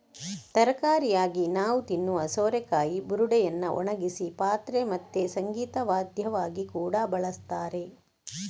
ತರಕಾರಿಯಾಗಿ ನಾವು ತಿನ್ನುವ ಸೋರೆಕಾಯಿ ಬುರುಡೆಯನ್ನ ಒಣಗಿಸಿ ಪಾತ್ರೆ ಮತ್ತೆ ಸಂಗೀತ ವಾದ್ಯವಾಗಿ ಕೂಡಾ ಬಳಸ್ತಾರೆ